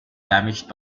damaged